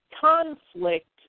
conflict